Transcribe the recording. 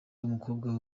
w’umukobwa